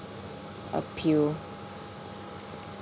a pill